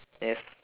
yes